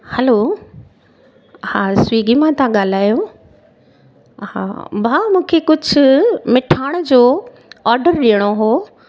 hello हा Swiggy मां था ॻाल्हायो हा भाउ मूंखे कुझु मिठाण जो ऑडरु ॾियणो हो